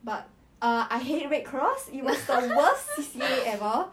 she cannot stand it 她受不了 then she just wants to do all the things behind my back